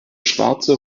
schwarze